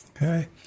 Okay